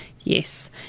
Yes